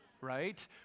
right